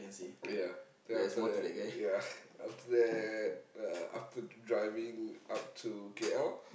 ya then after that ya after that uh after driving up to K_L